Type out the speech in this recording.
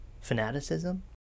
fanaticism